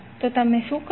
તો તમે શું કરશો